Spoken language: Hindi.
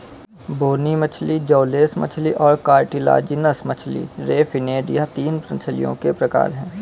बोनी मछली जौलेस मछली और कार्टिलाजिनस मछली रे फिनेड यह तीन मछलियों के प्रकार है